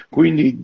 Quindi